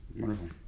Wonderful